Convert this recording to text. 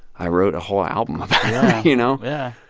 i wrote a whole album you know? yeah, yeah.